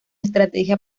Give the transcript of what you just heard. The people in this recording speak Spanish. estrategia